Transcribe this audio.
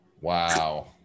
Wow